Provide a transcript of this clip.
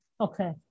okay